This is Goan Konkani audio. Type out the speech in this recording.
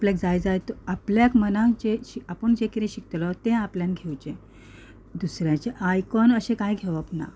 आपल्याक जाय जाय तो आपल्याक मनाक जें आपूण जें किदें शिकतलो तें आपल्यान घेवचें दुसऱ्याचें आयकून अशें कांय घेवप ना